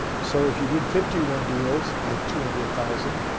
so if you did fifty one deals at two hundred thousand,